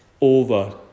Over